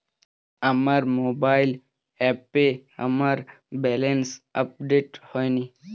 আমার মোবাইল অ্যাপে আমার ব্যালেন্স আপডেট হয়নি